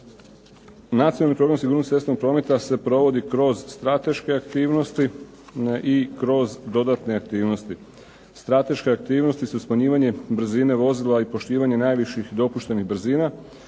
Nacionalni program sigurnosti cestovnog prometa se provodi kroz strateške aktivnosti i kroz dodatne aktivnosti. Strateške aktivnosti su smanjivanje brzine vozila i poštivanje najviših dopuštenih brzina,